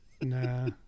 nah